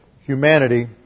humanity